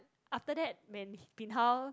after that when bin hao